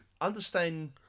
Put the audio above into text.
understand